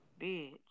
bitch